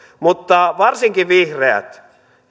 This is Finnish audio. mutta kun varsinkin vihreät